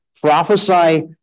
Prophesy